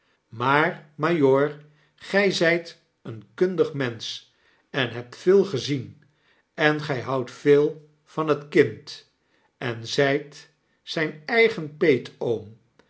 maar majoor gy zyt een kuiidig mensch en hebt veel gezien en gij houdt veel van het kind en zijt zyn eigen peetoom